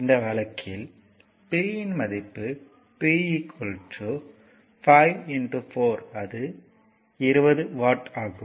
இந்த வழக்குயில் P யின் மடிப்பு p 5 4 அது 20 வாட் ஆகும்